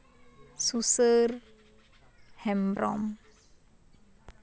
ᱥᱩᱥᱟᱹᱨ ᱦᱮᱢᱵᱨᱚᱢ